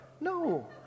No